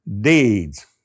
deeds